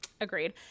Agreed